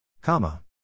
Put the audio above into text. Comma